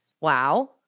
wow